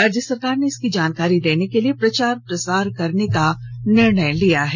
राज्य सरकार ने इसकी जानकारी देने के लिए प्रचार प्रसार करने का निर्णय लिया है